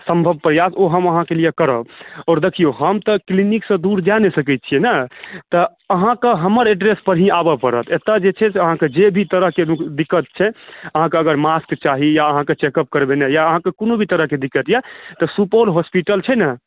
सम्भव प्रयास ओ हम अहाँकेँ लिए करब और देखिऔ हम तऽ क्लीनिक से दूर जाय नहि सकै छियै ठीक छै ने तऽ अहाँकेँ हमर ही एड्रेस पर आबऽ पड़त एतऽ जे छै अहाँकेँ जे भी तरहकेँ दिक्कत छै अहाँकेँ अगर मास्क चाही या अगर अहाँकेँ चेकअप करवेनाइ यऽ या अहाँकेँ कोनो भी तरहकेँ दिक्कत यऽ तऽ सुपौल हॉस्पिटल छै ने